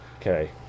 Okay